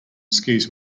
skis